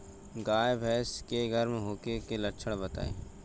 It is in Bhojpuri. गाय भैंस के गर्म होखे के लक्षण बताई?